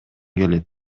келет